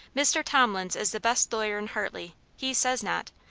mr. thomlins is the best lawyer in hartley he says not.